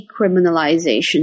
decriminalization